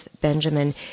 Benjamin